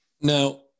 Now